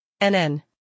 NN